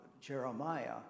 Jeremiah